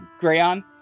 Grayon